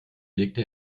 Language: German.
legte